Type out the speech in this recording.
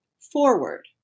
forward